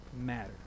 matter